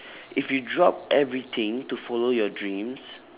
if you drop everything to follow your dreams